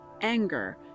Anger